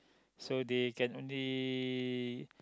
so they can only